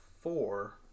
four